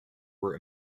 were